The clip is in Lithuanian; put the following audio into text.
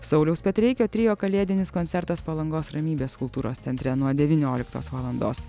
sauliaus petreikio trio kalėdinis koncertas palangos ramybės kultūros centre nuo devynioliktos valandos